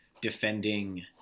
defending